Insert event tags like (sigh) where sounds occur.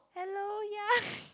hello ya (laughs)